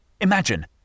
Imagine